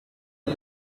and